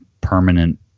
permanent